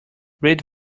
read